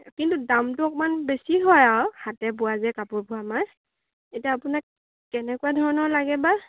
কিন্তু দামটো অকণমান বেছি হয় আৰু হাতে বোৱা যে কাপোৰবোৰ আমাৰ এতিয়া আপোনাক কেনেকুৱা ধৰণৰ লাগেবা